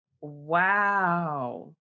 Wow